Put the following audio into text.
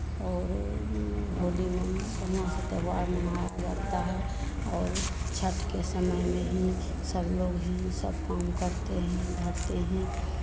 और होली में बढ़ियाँ से त्योहार मनाया जाता है और छठ के समय में ही सब लोग ही सब काम करते हैं